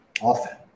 often